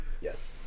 yes